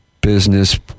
business